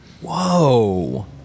whoa